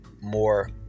more